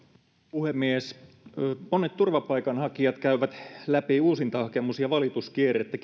puhemies monet turvapaikanhakijat käyvät läpi kielteisistä päätöksistä uusintahakemus ja valituskierrettä